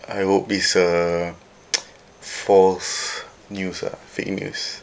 I hope is a false news ah fake news